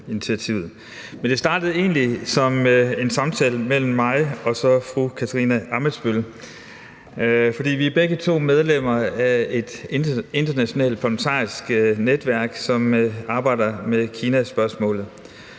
det startede egentlig som en samtale mellem mig og så fru Katarina Ammitzbøll. For vi er begge to medlemmer af et internationalt parlamentarisk netværk, som arbejder med Kinaspørgsmålet.